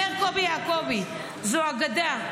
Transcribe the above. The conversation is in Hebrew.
אומר קובי יעקובי: זו "אגדה".